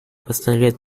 постановляет